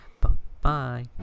Bye-bye